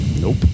Nope